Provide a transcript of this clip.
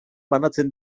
banatzen